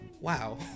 wow